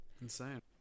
Insane